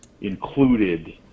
included